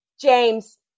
James